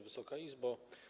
Wysoka Izbo!